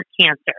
cancer